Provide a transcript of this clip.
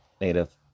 Native